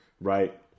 right